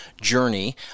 journey